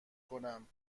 کنم